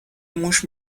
موش